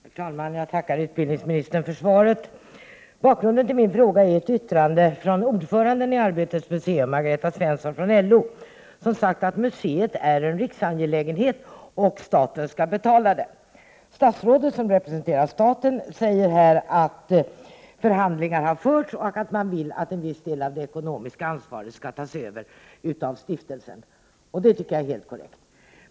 Herr talman! Jag tackar utbildningsministern för svaret. Bakgrunden till min fråga är ett yttrande av ordföranden i Arbetets museum, Margareta Svensson från LO. Hon har sagt att museet är en riksangelägenhet och att staten skall betala. Statsrådet som representerar staten säger att förhandlingar har förts och att man vill att en viss del av det ekonomiska ansvaret skall tas över av stiftelsen. Det tycker jag är helt korrekt.